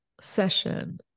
session